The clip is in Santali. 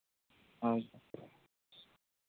ᱦᱳᱭ